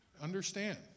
Understand